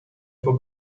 for